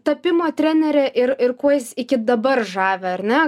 tapimo trenere ir ir kuo jis iki dabar žavi ar ne